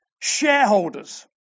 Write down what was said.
shareholders